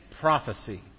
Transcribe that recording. prophecy